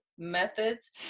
methods